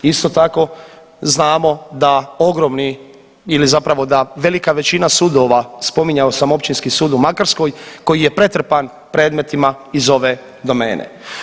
Isto tako znamo da ogromni ili zapravo da velika većina sudova spominjao sam Općinski sud u Makarskoj koji je pretrpan predmetima iz ove domene.